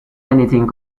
anything